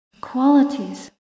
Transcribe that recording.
Qualities